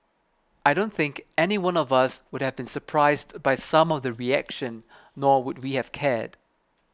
I don't think anyone of us would have been surprised by some of the reaction nor would we have cared